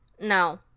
No